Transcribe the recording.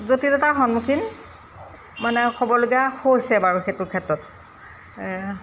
জটিলতাৰ সন্মুখীন মানে হ'ববলগীয়া হৈছে বাৰু সেইটো ক্ষেত্ৰত